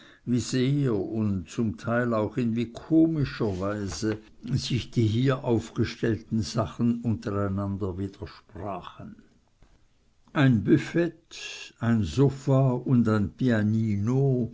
wie sehr und zum teil auch in wie komischer weise sich die hier aufgestellten sachen untereinander widersprachen ein büfett ein sofa und ein pianino